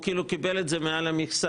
הוא כאילו קיבל את זה מעל המכסה.